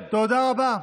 שנייה.